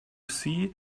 see